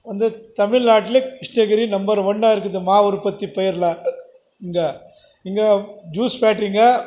வந்து தமிழ் நாட்டில் கிருஷ்ணகிரி நம்பர் ஒன்றா இருக்குது மா உற்பத்தி பெயரில் இங்கே இங்கே ஜூஸ் ஃபேக்ட்ரிங்கள்